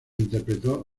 interpretó